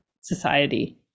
society